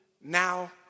now